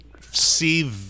see